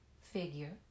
figure